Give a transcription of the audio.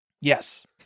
Yes